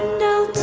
know